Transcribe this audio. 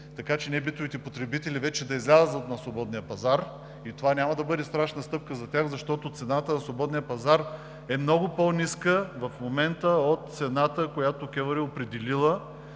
така, че ние – битовите потребители, вече да излeзем на свободния пазар. И това няма да бъде страшна стъпка за тях, защото цената на свободния пазар е много по-ниска в момента от цената, която КЕВР е определила